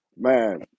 Man